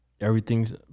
Everything's